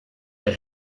der